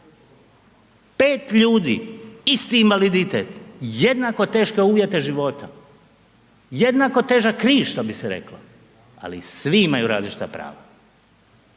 5 ljudi isti invaliditet, jednako teške uvjete života, jednako težak križ što bi se reklo, ali svi imaju različita prava,